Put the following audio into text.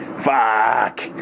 fuck